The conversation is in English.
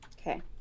okay